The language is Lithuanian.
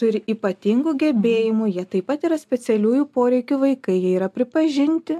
turi ypatingų gebėjimų jie taip pat yra specialiųjų poreikių vaikai jie yra pripažinti